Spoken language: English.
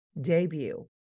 debut